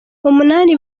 umunani